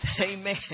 amen